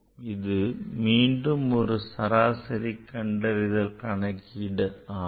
இது மீண்டும் ஒரு சராசரி கண்டறிதல் கணக்கீடு ஆகும்